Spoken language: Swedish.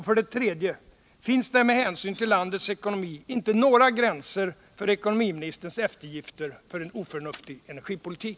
3. Finns det med hänsyn till landets ekonomi inte några gränser för ekonomiministerns eftergifter för en oförnuftig energipolitik?